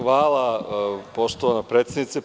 Hvala poštovana predsednice.